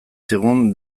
zigun